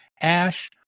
ash